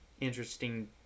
interesting